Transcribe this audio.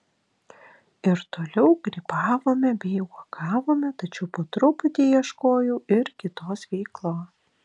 ir toliau grybavome bei uogavome tačiau po truputį ieškojau ir kitos veiklos